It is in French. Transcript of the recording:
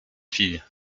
fille